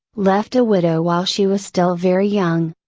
left a widow while she was still very young.